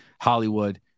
hollywood